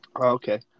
Okay